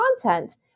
content